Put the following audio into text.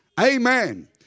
Amen